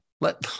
Let